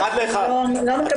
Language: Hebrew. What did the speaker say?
אני לא מקבלת את האמירה הזאת.